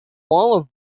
wall